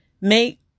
Make